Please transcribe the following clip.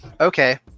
Okay